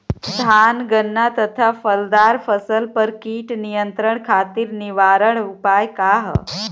धान गन्ना तथा फलदार फसल पर कीट नियंत्रण खातीर निवारण उपाय का ह?